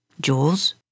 Jules